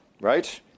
Right